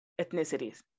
ethnicities